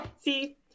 see